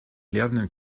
lernen